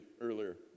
earlier